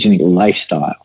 lifestyle